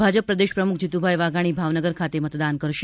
ભાજપ પ્રદેશ પ્રમુખ જીતુભાઇ વાઘાણી ભાવનગર ખાતે મતદાન કરશે